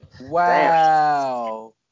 Wow